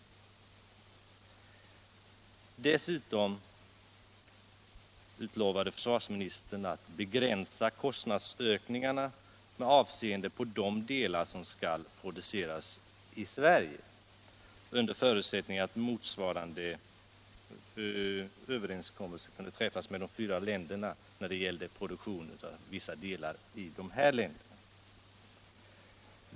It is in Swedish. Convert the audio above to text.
Dessutom utlovade försvarsministern att begränsa kostnadsökningarna med avseende på de delar som skulle produceras i Sverige, under förutsättning att motsvarande överenskommelse kunde träffas när det gällde produktion av vissa delar i de fyra länderna.